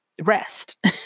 Rest